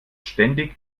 ständig